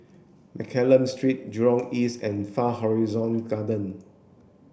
Mccallum Street Jurong East and Far Horizon Garden